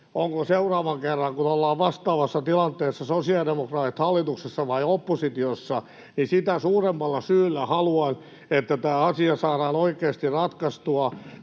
ovatko seuraavan kerran, kun ollaan vastaavassa tilanteessa, sosiaalidemokraatit hallituksessa vai oppositiossa, niin sitä suuremmalla syyllä haluan, että tämä asia saadaan oikeasti ratkaistua,